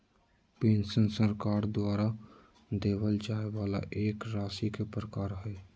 pension सरकार द्वारा देबल जाय वाला एक राशि के प्रकार हय